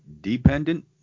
dependent